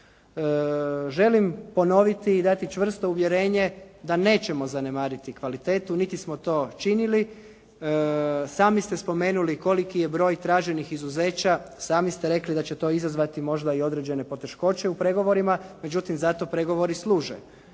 Želim ponoviti i dati čvrsto uvjerenje da nećemo zanemariti kvalitetu niti smo to činili. Sami ste spomenuli koliki je broj traženih izuzeća, sami ste rekli da će to izazvati možda i određene poteškoće u pregovorima, međutim zato pregovori služe.